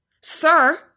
Sir